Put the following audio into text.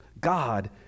God